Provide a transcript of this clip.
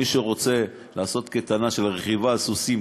מי שרוצה לעשות קייטנה של רכיבה על סוסים,